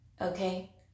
okay